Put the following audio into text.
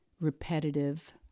repetitive